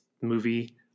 movie